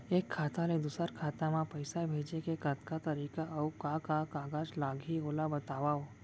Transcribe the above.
एक खाता ले दूसर खाता मा पइसा भेजे के कतका तरीका अऊ का का कागज लागही ओला बतावव?